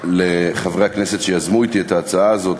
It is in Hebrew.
לחברי הכנסת שיזמו אתי את ההצעה הזאת,